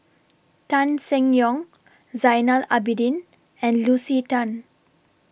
Tan Seng Yong Zainal Abidin and Lucy Tan